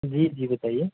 जी जी बताइए